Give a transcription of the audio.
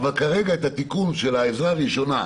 כרגע אנחנו מדברים על התיקון של העזרה הראשונה.